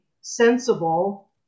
sensible